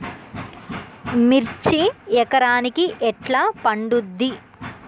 మిర్చి ఎకరానికి ఎట్లా పండుద్ధి?